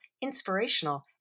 inspirational